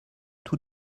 tout